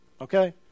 Okay